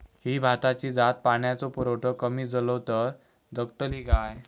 ही भाताची जात पाण्याचो पुरवठो कमी जलो तर जगतली काय?